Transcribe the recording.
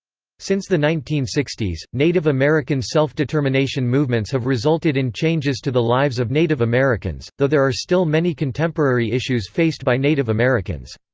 since the nineteen sixty s, native american self-determination movements have resulted in changes to the lives of native americans, though there are still many contemporary issues faced by native americans.